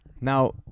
Now